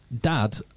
dad